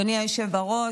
אדוני היושב בראש,